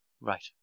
Right